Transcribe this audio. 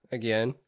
again